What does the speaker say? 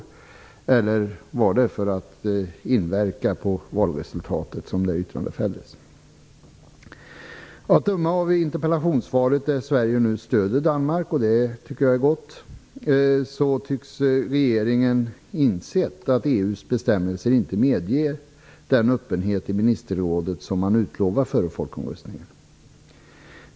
Eller var det för att inverka på valresultatet som det yttrandet fälldes? Att döma av interpellationssvaret där det står att Sverige nu stöder Danmark - och det tycker jag är gott - tycks regeringen ha insett att EU:s bestämmelser inte medger den öppenhet i ministerrådet som man utlovade före folkomröstningen.